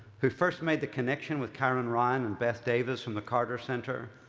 who first made the connection with karen ryan and beth davis from the carter center,